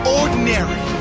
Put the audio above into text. ordinary